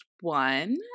one